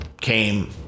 Came